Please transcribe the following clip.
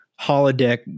holodeck